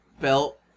belt